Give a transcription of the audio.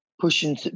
pushing